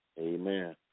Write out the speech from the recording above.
amen